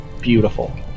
Beautiful